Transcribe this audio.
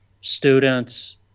students –